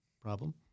problem